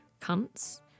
cunts